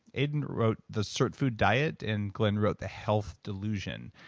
aidan wrote the sirtfood diet, and glenn wrote the health delusion.